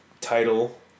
title